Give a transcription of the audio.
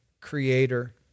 creator